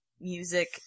music